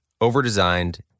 overdesigned